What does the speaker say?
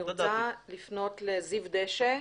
אני רוצה לפנות לזיו דשא,